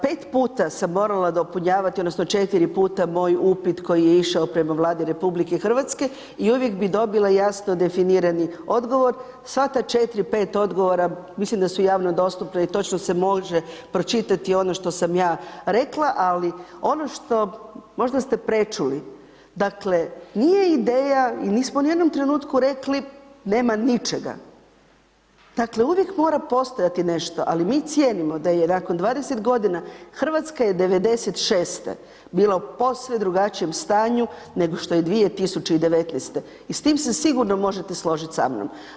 Pet puta sam morala dopunjavati odnosno 4 puta moj upit koji je išao prema Vladi RH i uvijek bi dobila jasno definirani odgovor, sva ta 4, 5 odgovora, mislim da su javno dostupna i točno se može pročitati ono što sam ja rekla, ali ono što, možda ste prečuli, dakle nije ideja i nismo ni u jednom trenutku rekli nema ničega, dakle uvijek mora postojati nešto, ali mi cijenimo da je nakon 20 godina Hrvatska je '96. bila u posve drugačijem stanju nego što je 2019. i s tim se sigurno možete složit sa mnom.